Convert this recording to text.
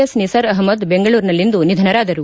S Nisar Ahmed ಬೆಂಗಳೂರಿನಲ್ಲಿಂದು ನಿಧನರಾದರು